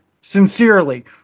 Sincerely